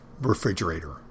refrigerator